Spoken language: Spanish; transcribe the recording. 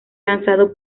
lanzado